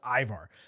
Ivar